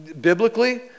Biblically